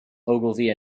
ogilvy